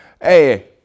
hey